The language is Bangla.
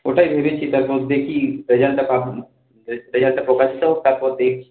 ওটাই ভেবেছি তারপর দেখি রেজাল্টটা রেজাল্টটা প্রকাশিত হোক তারপর দেখি